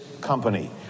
company